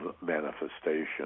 manifestation